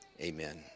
Amen